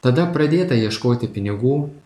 tada pradėta ieškoti pinigų